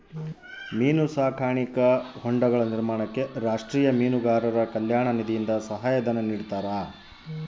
ಮೀನು ಸಾಕಾಣಿಕಾ ಹೊಂಡಗಳ ನಿರ್ಮಾಣಕ್ಕೆ ರಾಷ್ಟೀಯ ಮೀನುಗಾರರ ಕಲ್ಯಾಣ ನಿಧಿಯಿಂದ ಸಹಾಯ ಧನ ನಿಡ್ತಾರಾ?